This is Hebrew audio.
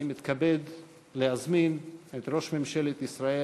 אני מתכבד להזמין את ראש ממשלת ישראל